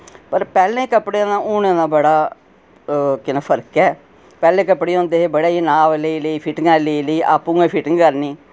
पर पैह्लें कपड़े दा हुनें दा बड़ा केह् नां फर्क ऐ पैह्ले कपड़े होंदे हे बड़े इ'यां नाप लेई लेई फिटिंगां लेई लेई आपुूं गै फिटिंग करनी